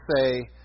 say